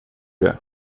det